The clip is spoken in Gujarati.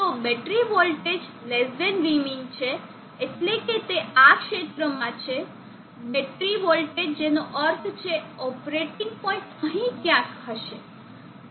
તો બેટરી વોલ્ટેજ Vmin છે એટલે કે તે આ ક્ષેત્રમાં છે બેટરી વોલ્ટેજ જેનો અર્થ છે ઓપરેટિંગ પોઇન્ટ અહીં ક્યાંક હશે